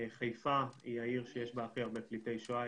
חיפה היא העיר שיש בה הכי הרבה פליטי שואה,